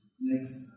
Next